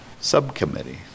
subcommittee